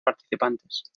participantes